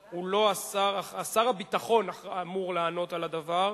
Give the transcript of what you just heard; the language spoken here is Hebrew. שר הביטחון אמור לענות על הדבר,